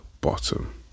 bottom